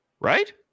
Right